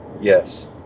yes